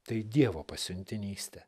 tai dievo pasiuntinystė